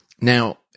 now